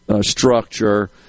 structure